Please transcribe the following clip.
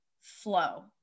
flow